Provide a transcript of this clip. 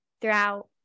throughout